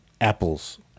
Apples